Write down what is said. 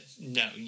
no